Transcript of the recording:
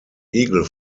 eagle